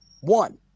one